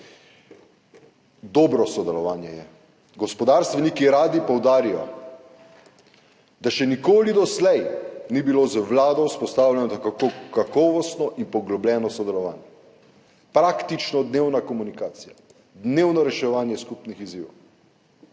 Dobro sodelovanje je. Gospodarstveniki radi poudarijo, da še nikoli doslej ni bilo z vlado vzpostavljeno tako kakovostno in poglobljeno sodelovanje, praktično dnevna komunikacija, dnevno reševanje skupnih izzivov.